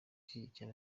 ushyigikiye